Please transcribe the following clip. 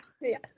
Yes